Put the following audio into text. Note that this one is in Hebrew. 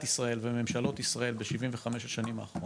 ישראל וממשלות בישראל ב-75 השנים האחרונות.